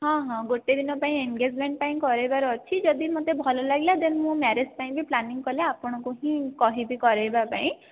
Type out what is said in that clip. ହଁ ହଁ ଗୋଟେ ଦିନ ପାଇଁ ଏନଗେଜମେଣ୍ଟ ପାଇଁ କରାଇବାର ଅଛି ଯଦି ମୋତେ ଭଲ ଲାଗିଲା ଦେନ ମୁଁ ମ୍ୟାରେଜ ପାଇଁ ବି ପ୍ଲାନିଙ୍ଗି କଲେ ଆପଣଙ୍କୁ ହିଁ କହିବି କରାଇବା ପାଇଁ